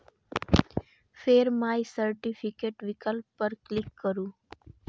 फेर माइ सर्टिफिकेट विकल्प पर क्लिक करू